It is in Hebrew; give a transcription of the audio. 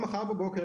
כשאנחנו בוחנים